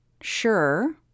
sure